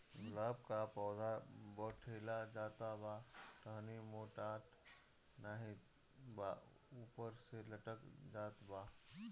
गुलाब क पौधा बढ़ले जात बा टहनी मोटात नाहीं बा ऊपर से लटक जात बा?